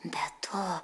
be to